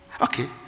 Okay